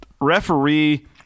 referee